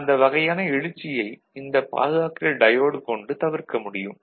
அந்த வகையான எழுச்சியை இந்த பாதுகாக்கிற டயோடு கொண்டு தவிர்க்க முடியும்